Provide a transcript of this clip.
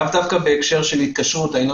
לאו דווקא בהקשר של התקשרות ואני לא